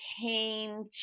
came